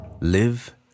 Live